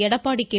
Edappadi K